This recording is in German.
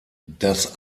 das